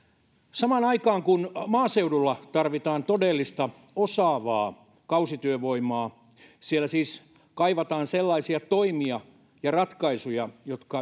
samaan aikaan kun maaseudulla tarvitaan todellista osaavaa kausityövoimaa siellä siis kaivataan sellaisia toimia ja ratkaisuja